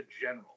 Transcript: general